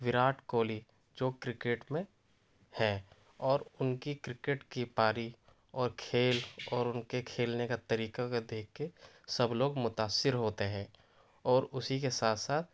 وراٹ کوہلی جو کرکٹ میں ہیں اور اُن کی کرکٹ کی پاری اور کھیل اور اُن کے کھیلنے کا طریقہ کو دیکھ کے سب لوگ متأثر ہوتے ہیں اور اُسی کے ساتھ ساتھ